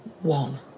one